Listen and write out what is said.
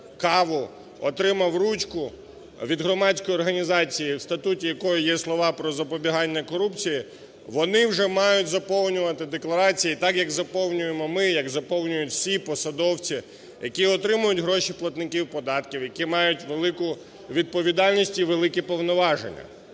каву, отримав ручку від громадської організації, в статуті якої є слова про запобігання корупції, вони вже мають заповнювати декларації так, як заповнюємо ми, як заповнюють всі посадовці, які отримують гроші платників податків, які мають велику відповідальність і великі повноваження.